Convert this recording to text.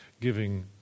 giving